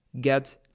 get